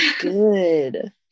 good